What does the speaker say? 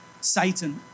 Satan